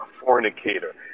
fornicator